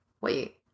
Wait